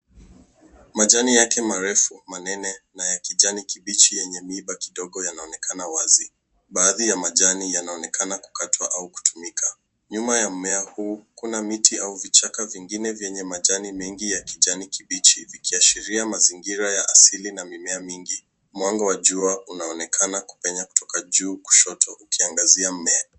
Majani yake marefu, manene na ya kijani kibichi yenye miba kidogo yanaonekana wazi. Baadhi ya majani yanaonekana kukatwa au kutumika. Nyuma ya mmea huu kuna miti au vichaka vingine vyenye majani mengi ya kijani kibichi vikiashiria mazingira ya asili na mimea mingi. Mwanga wa jua unaonekana kupenya kutoka juu kushoto ukiangazia mmea.